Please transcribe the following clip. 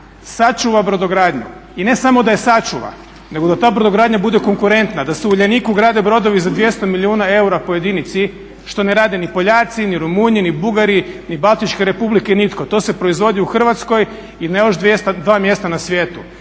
sačuva brodogradnju i ne samo da je sačuva nego da ta brodogradnja bude konkurentna da se u Uljaniku grade brodovi za 200 milijuna eura po jedinici što ne rade ni Poljaci, ni Rumunji, ni Bugari, ni baltičke republike nitko, to se proizvodi u Hrvatskoj i na još dva mjesta na svijetu.